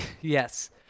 Yes